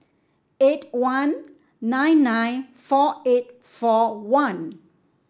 eight one nine nine four eight four one